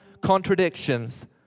contradictions